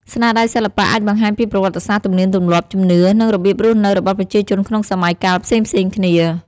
ស្នាដៃសិល្បៈអាចបង្ហាញពីប្រវត្តិសាស្ត្រ ទំនៀមទម្លាប់ ជំនឿ និងរបៀបរស់នៅរបស់ប្រជាជនក្នុងសម័យកាលផ្សេងៗគ្នា។